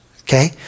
okay